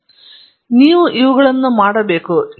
ಆದ್ದರಿಂದ ಇವುಗಳು ನೀವು ಮಾಡಬೇಕು